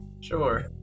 Sure